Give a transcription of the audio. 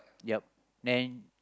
yup then